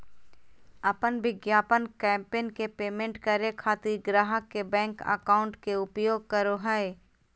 अपन विज्ञापन कैंपेन के पेमेंट करे खातिर ग्राहक के बैंक अकाउंट के उपयोग करो हइ